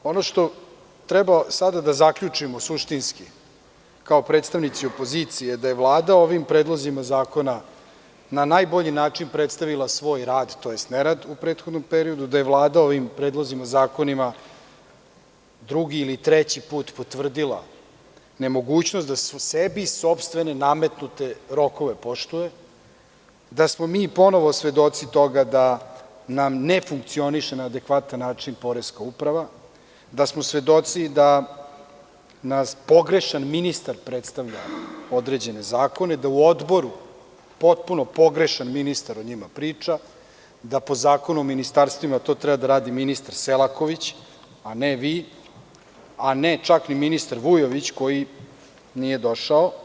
Ono što sada treba da zaključimo suštinski, kao predstavnici opozicije, je da je Vlada ovim predlozima zakona na najbolji način predstavila svoj rad, odnosno nerad u prethodnom periodu, da je Vlada ovim predlozima zakona, drugi ili treći put, potvrdila nemogućnost da sebi nametnute sopstvene rokove poštuje, da smo mi ponovo svedoci toga da nam ne funkcioniše na adekvatan način poreska uprava, da smo svedoci da nam pogrešan ministar predstavlja određene zakone, da u odboru potpuno pogrešan ministar o njima priča, da po Zakonu o ministarstvima to treba da radi ministar Selaković, a ne vi, a ne čak ni ministar Vujović, koji nije došao.